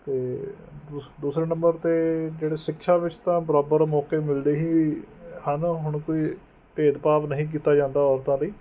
ਅਤੇ ਦੂਸ ਦੂਸਰੇ ਨੰਬਰ 'ਤੇ ਜਿਹੜੇ ਸਿਕਸ਼ਾ ਵਿੱਚ ਤਾਂ ਬਰਾਬਰ ਮੌਕੇ ਮਿਲਦੇ ਹੀ ਹਨ ਹੁਣ ਕੋਈ ਭੇਦ ਭਾਵ ਨਹੀਂ ਕੀਤਾ ਜਾਂਦਾ ਔਰਤਾਂ ਲਈ